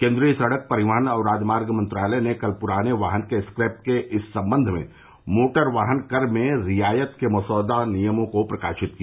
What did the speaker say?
केन्द्रीय सड़क परिवहन और राजमार्ग मंत्रालय ने कल पुराने वाहन के स्क्रैप के इस संबंध में मोटर वाहन कर में रियायत के मसौदा नियमों को प्रकाशित किया